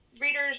readers